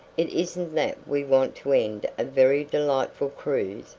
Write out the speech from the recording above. it isn't that we want to end a very delightful cruise,